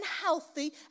healthy